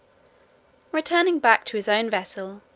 returning back to his own vessel,